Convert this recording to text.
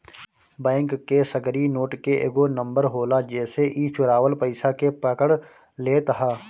bank के सगरी note के एगो नंबर होला जेसे इ चुरावल पईसा के पकड़ लेत हअ